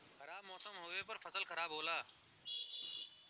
खराब मौसम होवे पर फसल खराब होला